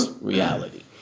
reality